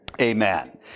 Amen